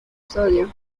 sodio